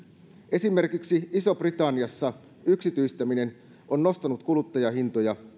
esimerkiksi isossa britanniassa yksityistäminen on nostanut kuluttajahintoja